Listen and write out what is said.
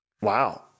Wow